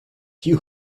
you